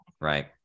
right